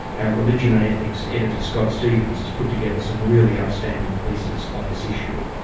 our religion and ethics editor scott stephens has put together some really outstanding pieces on this issue.